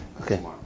Okay